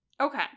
Okay